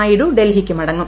നായിഡു ഡൽഹിക്ക് മടങ്ങും